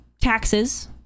taxes